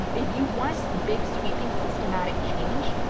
if you want big, sweeping systemic change,